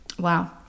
wow